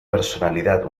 personalidad